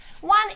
One